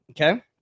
okay